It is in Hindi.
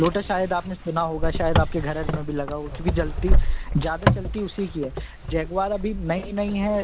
लोटस शायद आपने सुना होगा शायद आपके घर अर में भी लगा हो क्योंकि जलती ज़्यादा चलती उसी की है जैग्वार अभी नहीं नहीं है